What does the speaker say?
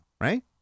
right